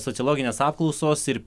sociologinės apklausos ir